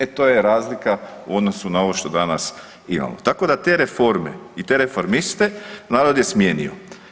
E to je razlika u odnosu na ovo što danas imamo, tako da te reforme i te reformiste, narod je smijenio.